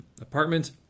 apartment